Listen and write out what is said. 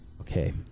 Okay